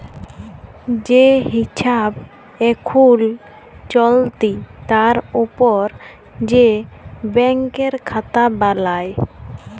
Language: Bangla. যে হিছাব এখুল চলতি তার উপর যে ব্যাংকের খাতা বালাই